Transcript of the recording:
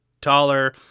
taller